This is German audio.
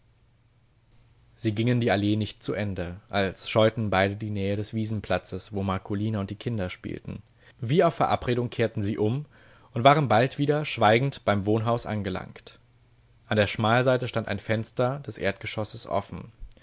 sie gingen die allee nicht zu ende als scheuten beide die nähe des wiesenplatzes wo marcolina und die kinder spielten wie auf verabredung kehrten sie um und waren bald wieder schweigend beim wohnhaus angelangt an der schmalseite stand ein fenster des erdgeschosses offen